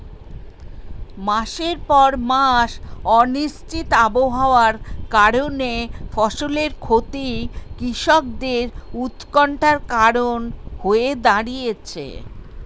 মাসের পর মাস অনিশ্চিত আবহাওয়ার কারণে ফসলের ক্ষতি কৃষকদের উৎকন্ঠার কারণ হয়ে দাঁড়িয়েছে